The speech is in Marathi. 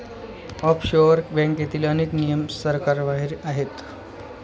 ऑफशोअर बँकेतील अनेक नियम सरकारबाहेर आहेत